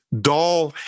doll